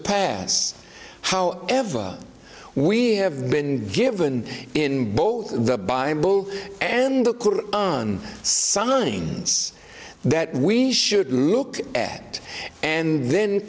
pass how ever we have been given in both the bible and on some learning that we should look at and then